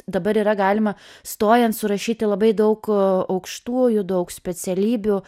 dabar yra galima stojant surašyti labai daug aukštųjų daug specialybių